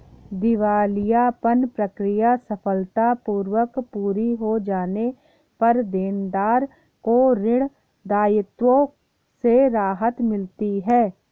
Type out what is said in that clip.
दिवालियापन प्रक्रिया सफलतापूर्वक पूरी हो जाने पर देनदार को ऋण दायित्वों से राहत मिलती है